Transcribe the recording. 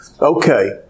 okay